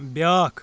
بیٛاکھ